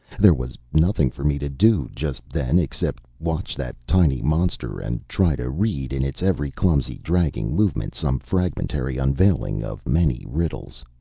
there was nothing for me to do just then except watch that tiny monster, and try to read, in its every clumsy, dragging movement, some fragmentary unveiling of many riddles.